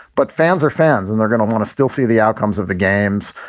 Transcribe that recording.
but fans are fans and they're gonna want to still see the outcomes of the games.